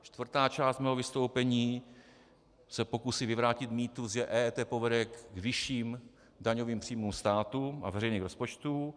Čtvrtá část mého vystoupení se pokusí vyvrátit mýtus, že EET povede k vyšším daňovým příjmům státu a veřejných rozpočtů.